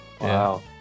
Wow